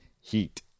heat